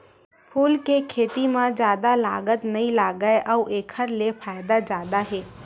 फूल के खेती म जादा लागत नइ लागय अउ एखर ले फायदा जादा हे